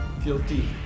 Guilty